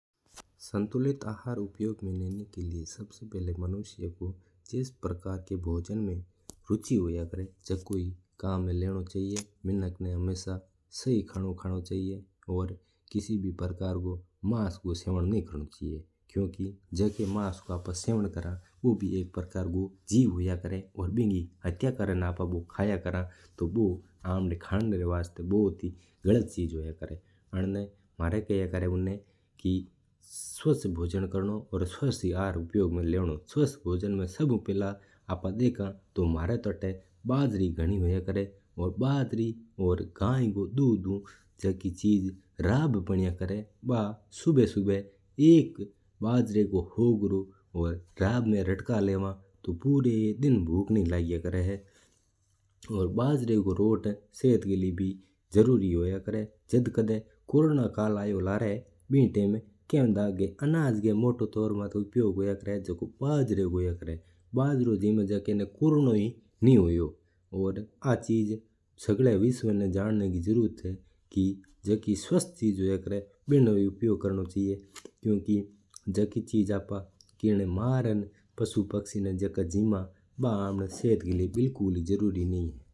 संतुलित भोजन लेवणा वास्ता जिण प्रकार का भोजन री रुचि हुवा करा है जको ही कम्म में लेवणो चाहिजा। मिणाक्क ना हमेसा सही खाणो खावणो चाहिजा और किसी भी प्रकार को मास्स रू सावण नहीं करणे चाहिजा। जको प्रकार को मास्स आपा शेवण करा हा वो भी एक प्रकार रू जीव हुवा है। आपा हट्टा करर खावां तू बा आपणा वास्ता भूत गलत चीज हुवा है। स्वस्थ भोजन करणे। माणा आटा बाजरी घणी हुवा है बाजरी और गाय री दूध जो राब बनाया करा है बा जो स्वस्थ हुवा है बा बिलकुल जोरदार लग्गे है। बाजरो रू रोट शीत री वास्ता भी जरूरी हुवा है।